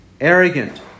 arrogant